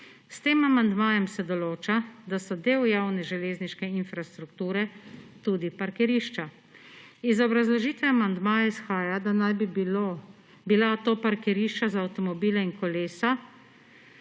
S tem amandmajem se določa, da so del javne železniške infrastrukture tudi parkirišča. Iz obrazložitve amandmaja izhaja, da naj bi bila to parkirišča za avtomobile in kolesa